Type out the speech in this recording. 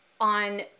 on